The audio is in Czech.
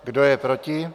Kdo je proti?